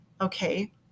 Okay